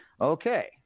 Okay